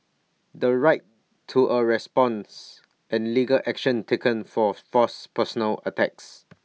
the right to A response and legal action taken for false personal attacks